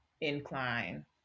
incline